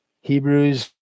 Hebrews